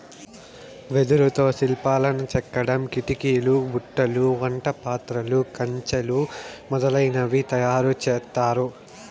వెదురుతో శిల్పాలను చెక్కడం, కిటికీలు, బుట్టలు, వంట పాత్రలు, కంచెలు మొదలనవి తయారు చేత్తారు